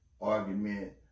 argument